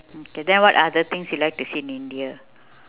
mm then what other things you like to see in india